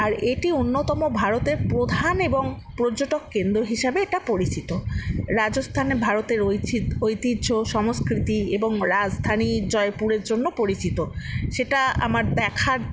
আর এটি অন্যতম ভারতের প্রধান এবং পর্যটক কেন্দ্র হিসাবে এটা পরিচিত রাজস্থানে ভারতের ঐতিহ্য সংস্কৃতি এবং রাজধানী জয়পুরের জন্য পরিচিত সেটা আমার দেখার